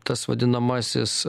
tas vadinamasis